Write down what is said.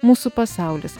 mūsų pasaulis